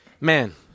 man